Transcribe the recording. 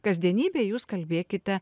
kasdienybėj jūs kalbėkite